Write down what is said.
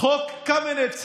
חוק קמיניץ הפוגעני,